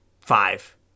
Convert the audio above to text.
five